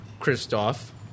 Christoph